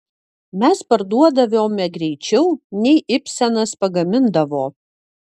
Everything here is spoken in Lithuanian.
mes parduodavome greičiau nei ibsenas pagamindavo